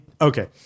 Okay